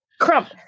Crump